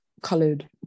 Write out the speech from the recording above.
Colored